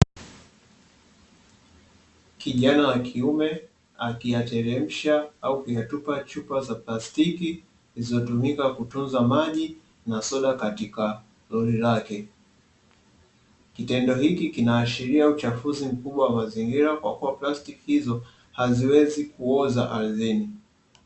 Kijana wa kiume akiyatelemsha au kuyatupa chupa za plastiki zilizotumika kutunza maji na soda katika roli lake. Kitendo hichi kinaashiria uchafuzi mkubwa wa mazingira kwa kuwa plastiki hizo haziwezi kuoza ardhini.